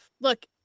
look